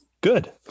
good